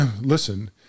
listen